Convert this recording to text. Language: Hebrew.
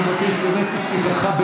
אדוני הדובר, אני מבקש באמת את סליחתך.